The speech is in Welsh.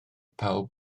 pawb